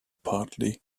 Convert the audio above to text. partially